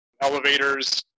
elevators